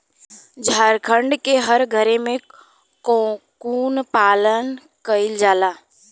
झारखण्ड के हर घरे में कोकून पालन कईला जाला